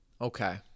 Okay